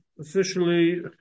officially